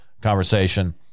conversation